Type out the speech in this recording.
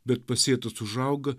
bet pasėtas užauga